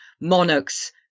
monarchs